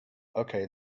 okay